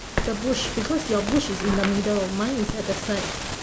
the bush because your bush is in the middle mine is at the side